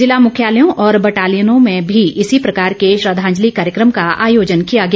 जिला मुख्यालयों और बटालियनों में भी इसी प्रकार के श्रद्वांजलि कार्यक्रम का आयोजन किया गया